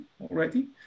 already